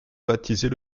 baptiser